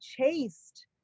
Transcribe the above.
chased